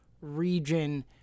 region